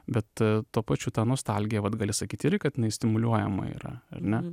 bet tuo pačiu ta nostalgija vat gali sakyt irgi kad jinai stimuliuojama yra ane